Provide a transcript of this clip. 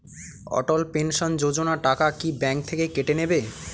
অটল pension Yojana টাকা কি bank থেকে কেটে নেবে?